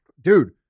Dude